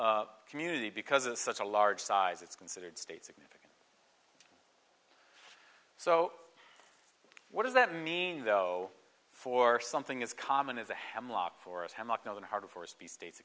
community because it's such a large size it's considered state significant so what does that mean though for something as common as the hemlock forest hemlock known harder for speech states